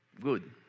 Good